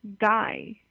guy